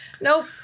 nope